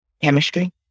Chemistry